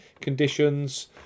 conditions